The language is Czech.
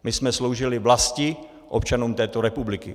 My jsme sloužili vlasti, občanům této republiky.